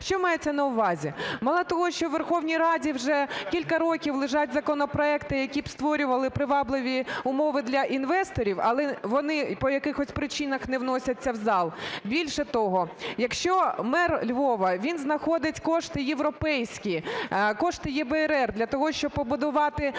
Що мається на увазі? Мало того, що у Верховній Раді вже кілька років лежать законопроекти, які б створювали привабливі умови для інвесторів, але вони по якихось причинах не вносяться в зал. Більше того, якщо мер Львова, він знаходить кошти європейські, кошти ЄБРР для того, щоб побудувати перший